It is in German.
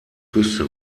küste